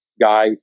guy